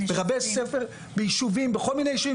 בבתי ספר בכל מיני יישובים,